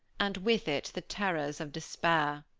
and with it the terrors of despair.